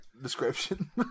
description